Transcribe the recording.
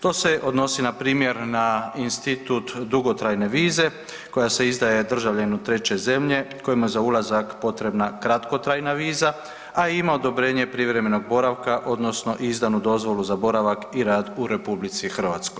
To se odnosi npr. na institut dugotrajne vize koja se izdaje državljanu treće zemlje kojima je za ulazak potrebna kratkotrajna viza, a ima odobrenje privremenog boravka odnosno izdanu dozvolu za boravak i rad u RH.